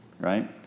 right